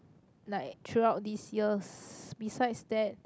like throughout this years besides that